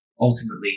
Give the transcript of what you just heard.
ultimately